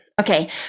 Okay